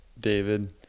David